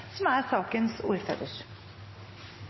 også er sakens ordfører,